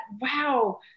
wow